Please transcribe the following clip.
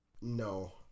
No